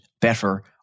better